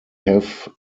have